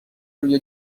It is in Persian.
روی